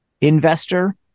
investor